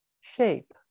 shape